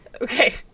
Okay